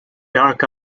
dark